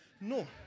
No